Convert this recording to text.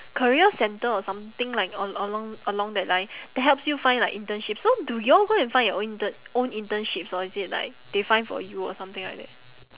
career centre or something like a~ along along that line that helps you find like internship so do y'all go and find your intern~ own internships or is it like they find for you or something like that